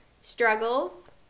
struggles